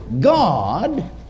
God